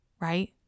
right